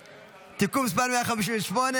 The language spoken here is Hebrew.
אגרות והוצאות (תיקון, פיצויים שהוטלו על ידי בית משפט צבאי),